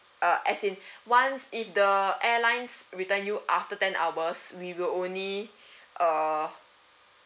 uh as in once if the airlines return you after ten hours we will only uh